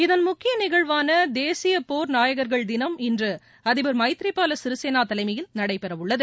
இதன் முக்கிய நிகழ்வான தேசிய போர் நாயகர்கள் தினம் இன்று அதிபர் மைத்ரிபால சிறிசேனா தலைமையில் நடைபெறவுள்ளது